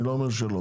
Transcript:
אני לא אומר שלא,